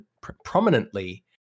prominently